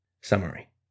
Summary